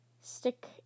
stick